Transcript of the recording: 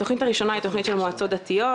התוכנית הראשונה היא תוכנית של מועצות דתיות,